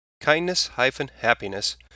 kindness-happiness